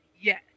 Yes